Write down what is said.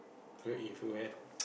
very if you have